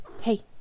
Hey